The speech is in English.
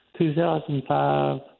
2005